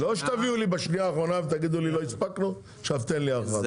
לא שתביאו לי בשנייה האחרונה ותגידו לי לא הספקנו עכשיו תן לי הארכה.